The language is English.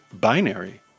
Binary